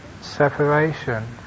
separation